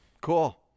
cool